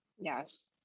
Yes